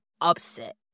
Upset